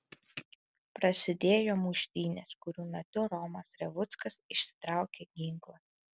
prasidėjo muštynės kurių metu romas revuckas išsitraukė ginklą